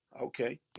Okay